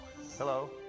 Hello